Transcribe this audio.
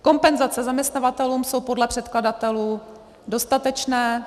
Kompenzace zaměstnavatelům jsou podle předkladatelů dostatečné.